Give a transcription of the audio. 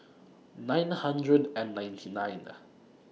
nine hundred and ninety nine